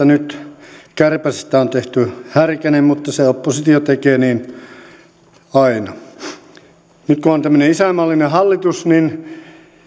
nyt tehty kärpäsestä härkänen mutta oppositio tekee niin aina nyt kun on tämmöinen isänmaallinen hallitus niin